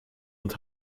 und